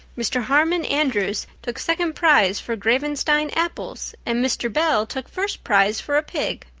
mr. harmon andrews took second prize for gravenstein apples and mr. bell took first prize for a pig.